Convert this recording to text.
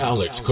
Alex